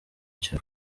cya